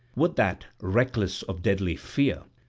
would that, reckless of deadly fear,